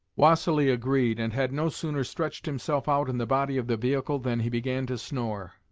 vassili agreed, and had no sooner stretched himself out in the body of the vehicle than he began to snore.